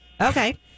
Okay